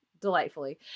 delightfully